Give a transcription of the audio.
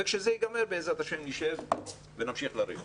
וכשזה ייגמר, בעזרת ה', נשב ונמשיך לריב.